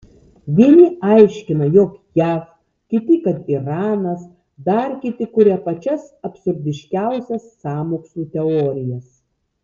vieni aiškina jog jav kiti kad iranas dar kiti kuria pačias absurdiškiausias sąmokslų teorijas